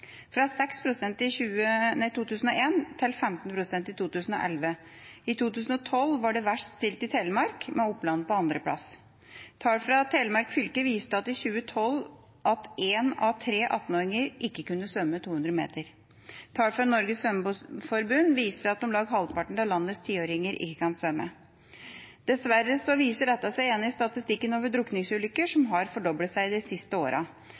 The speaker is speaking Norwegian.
fra 6 pst. i 2001 til 15 pst. i 2011. I 2012 var det verst stilt i Telemark, med Oppland på andreplass. Tall fra Telemark fylke i 2012 viste at en av tre 18-åringer ikke kunne svømme 200 meter. Tall fra Norges Svømmeforbund viser at om lag halvparten av landets 10-åringer ikke kan svømme. Dessverre viser dette seg igjen i statistikken over drukningsulykker, som har fordoblet seg de siste åra.